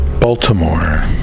Baltimore